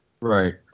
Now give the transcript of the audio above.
Right